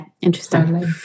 interesting